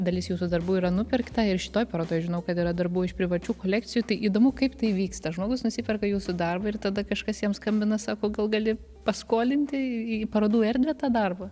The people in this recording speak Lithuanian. dalis jūsų darbų yra nupirkta ir šitoj parodoj žinau kad yra darbų iš privačių kolekcijų tai įdomu kaip tai vyksta žmogus nusiperka jūsų darbą ir tada kažkas jam skambina sako gal gali paskolinti į parodų erdvę tą darbą